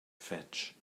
fetch